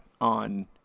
on